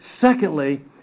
Secondly